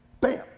BAM